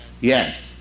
Yes